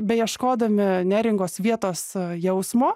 beieškodami neringos vietos jausmo